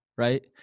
Right